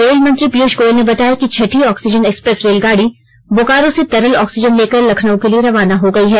rail मंत्री पीयूष गोयल ने बताया कि छठीं ऑक्सीजन एक्सप्रेस रेलगाडी बोकारो से तरल ऑक्सीजन लेकर लखनऊ के लिए रवाना हो गई है